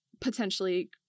potentially